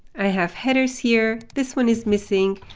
i have headers here. this one is missing.